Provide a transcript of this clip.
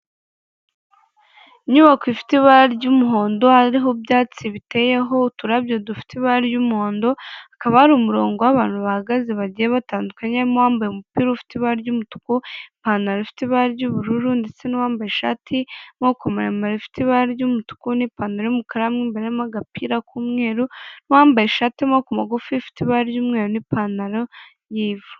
Inyubako ifite ibara ry'umuhondo hariho ibyatsi biteyeho uturabyo dufite ibara ry'umuhondo akaba ari umurongo w'abantu bahagaze bagiye batandukanyemo wambaye umupira ufite ibara ry'umutuku, ipantaro ifite ibara ry'ubururu ndetse n'uwambaye ishati y'amaboko maremare rifite ibara ry'umutuku n'ipantaro y'umukara, mu imbere hakaba harimo agapira k'umweru wambaye ishati y'amaboko magufi ifite ibara ry'umweru n'ipantaro y'ivu.